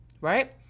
right